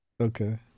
Okay